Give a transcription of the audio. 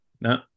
No